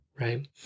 Right